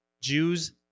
Jews